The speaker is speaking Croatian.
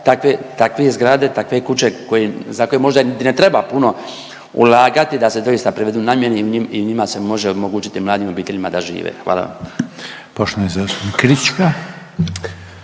takve zgrade, takve kuće za koje možda niti ne treba puno ulagati da se doista privedu namjeni i u njima se može omogućiti mladim obiteljima da žive. Hvala vam. **Reiner, Željko